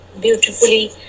beautifully